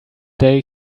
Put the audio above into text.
day